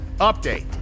update